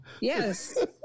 Yes